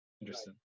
interesting